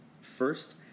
First